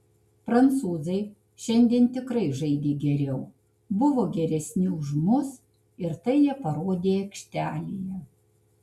prancūzai šiandien tikrai žaidė geriau buvo geresni už mus ir tai jie parodė aikštelėje